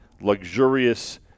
luxurious